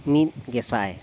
ᱢᱤᱫ ᱜᱮᱥᱟᱭ